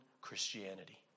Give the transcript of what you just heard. Christianity